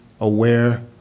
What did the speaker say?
aware